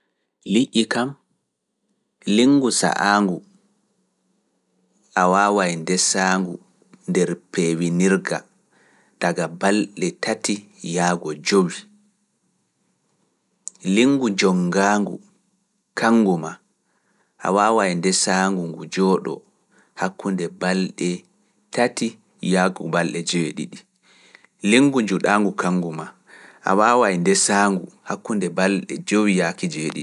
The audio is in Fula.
Liƴƴi kam, linggu sa'aangu a waawaay ndesaangu nder peewinirga taga balɗe tati yaago jovi, linggu jonngaangu kanngu maa a waawaay ndesaangu ngu jooɗoo hakkunde balɗe tati yaago balɗe jewee ɗiɗi. Linngu njuuɗaangu kangu maa, a waawaay ndesaangu hakkunde balɗe jowi yaaki jewee ɗiɗi.